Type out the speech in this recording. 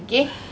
okay